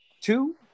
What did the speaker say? two